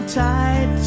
tight